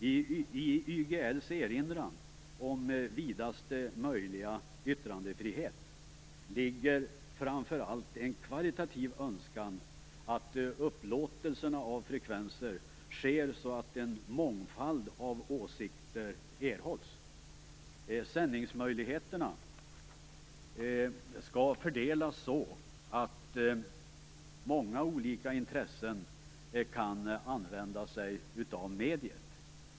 I YGL:s stadgande om vidaste möjliga yttrandefrihet ligger framför allt en kvalitativ önskan att upplåtelserna av frekvenser sker så, att en mångfald av åsikter erhålls. Sändningsmöjligheterna skall fördelas så att många olika intressen kan använda sig av mediet.